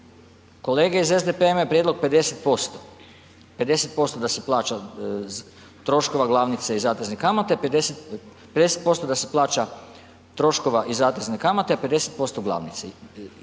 Kolege iz SDP-a imaju prijedlog 50%, 50% da se plaća troškova glavnice i zatezne kamate a 50% glavnice